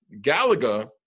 Galaga